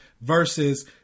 versus